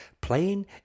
playing